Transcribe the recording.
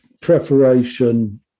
preparation